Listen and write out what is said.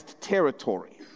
territory